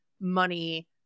money